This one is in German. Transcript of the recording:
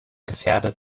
gefährdet